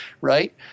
right